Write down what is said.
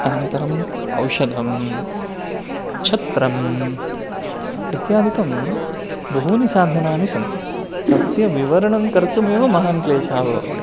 अनन्तरम् औषधं छत्रम् इत्यादिकं बहूनि साधनानि सन्ति तस्य विवरणं कर्तुमेव महान् क्लेशः भवति